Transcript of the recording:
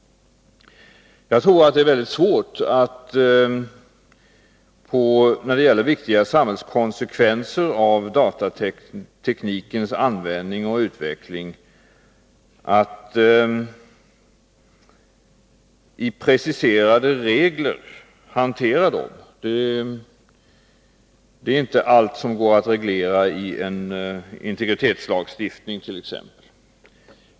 Jag tror att det är väldigt svårt att i preciserade regler hantera viktiga konsekvenser för samhället av datateknikens användning och utveckling. Allt går inte att reglera i t.ex. en integritetslagstiftning.